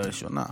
קריאה ראשונה.